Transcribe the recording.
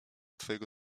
twojego